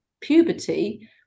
puberty